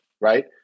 Right